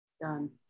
Done